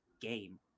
game